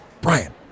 Brian